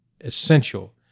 essential